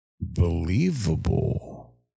Believable